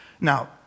Now